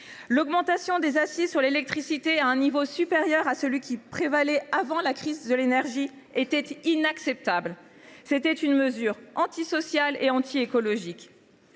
L’augmentation des accises sur l’électricité à un niveau supérieur à celui qui prévalait avant la crise de l’énergie était inacceptable. C’était une mesure antisociale et anti écologique.